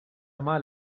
mal